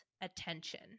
attention